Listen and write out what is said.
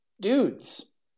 dudes